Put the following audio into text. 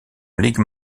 ligue